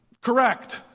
Correct